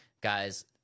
guys